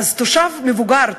תושב מבוגר,